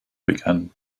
began